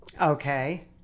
okay